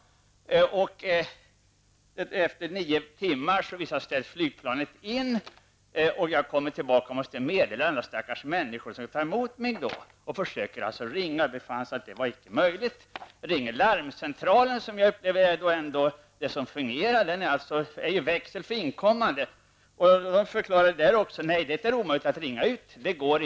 Efter nio timmars väntan visade det sig att flyget blev inställt. Jag kom tillbaka till riksdagen och ville meddela de människor som skulle ta emot mig att jag inte kommer. Jag försökte ringa och fann att det inte var möjligt. Jag ringde till larmcentralen, för den fungerar ju som växel för inkommande samtal. Det går inte efter växelns stängning, fick jag höra.